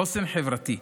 חוסן חברתי.